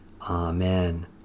Amen